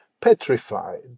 petrified